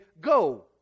go